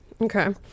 Okay